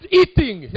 eating